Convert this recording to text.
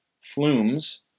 flumes